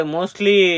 Mostly